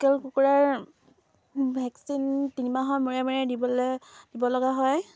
কুকুৰাৰ ভেকচিন তিনিমাহৰ মূৰে মূৰে দিব লগা হয়